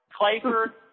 Clayford